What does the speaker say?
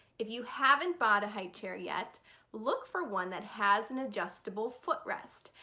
if you haven't bought a highchair yet look for one that has an adjustable footrest.